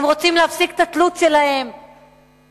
הם רוצים לעצור את התלות שלהם באוצר,